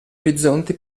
orizzonti